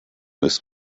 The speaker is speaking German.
ist